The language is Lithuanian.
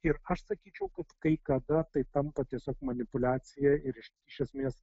ir aš sakyčiau kad kai kada tai tampa tiesiog manipuliacija ir iš esmės